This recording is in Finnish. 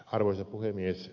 arvoisa puhemies